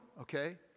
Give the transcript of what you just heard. okay